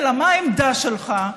אלא מה העמדה שלך.